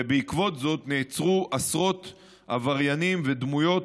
ובעקבות זאת נעצרו עשרות עבריינים ודמויות